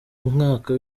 umwaka